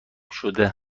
شده